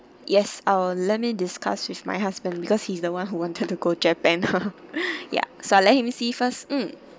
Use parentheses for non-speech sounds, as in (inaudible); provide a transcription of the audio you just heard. yes I'll let me discuss with my husband because he's the one who wanted to go japan (laughs) ya so let him see first mm